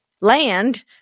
land